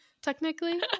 Technically